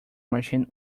machine